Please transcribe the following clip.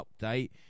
update